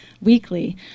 weekly